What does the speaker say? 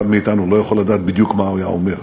מאתנו לא יכול לדעת בדיוק מה הוא היה אומר.